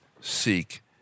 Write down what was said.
seek